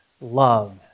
love